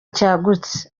cyagutse